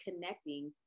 connecting